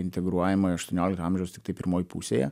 integruojama į aštuoniolikto amžiaus pirmoj pusėje